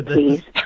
Please